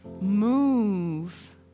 Move